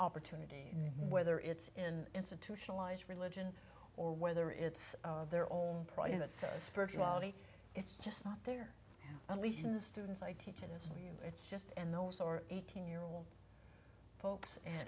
opportunity whether it's in institutionalized religion or whether it's their own spirituality it's just not there at least in the students i teach and it's just and those or eighteen year old folks